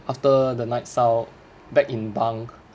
after the nights out back in bunk